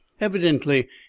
Evidently